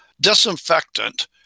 disinfectant